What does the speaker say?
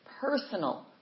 personal